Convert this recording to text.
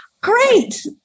Great